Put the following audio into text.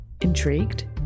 Intrigued